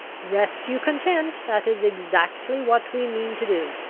rest you content that is exactly what we mean to do.